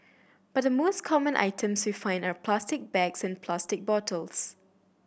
but the most common items we find are plastic bags and plastic bottles